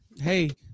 hey